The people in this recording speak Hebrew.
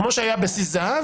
כמו שהיה בסיס זהב,